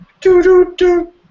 Do-do-do